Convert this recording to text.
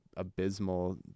Abysmal